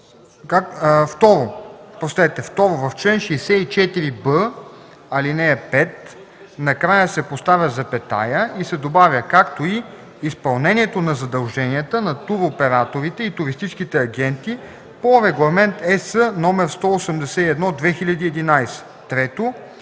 3. 2. В чл. 64б, ал. 5 накрая се поставя запетая и се добавя „както и изпълнението на задълженията на туроператорите и туристическите агенти по Регламент (ЕС) № 181/2011”.